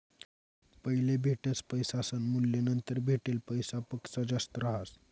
पैले भेटेल पैसासनं मूल्य नंतर भेटेल पैसासपक्सा जास्त रहास